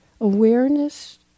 Awareness